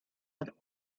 other